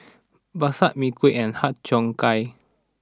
Bakso Mee Kuah and Har Cheong Gai